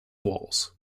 walls